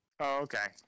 Okay